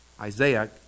Isaiah